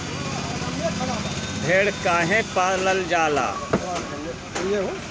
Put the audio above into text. भेड़ काहे पालल जाला?